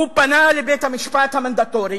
הוא פנה לבית-המשפט המנדטורי,